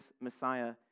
Messiah